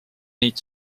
neid